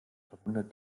verwundert